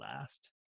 last